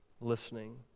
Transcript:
listening